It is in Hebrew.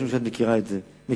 משום שאת מכירה את זה מקרוב.